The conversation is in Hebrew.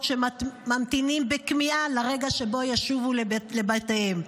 שממתינים בכמיהה לרגע שבו ישובו לבתיהם.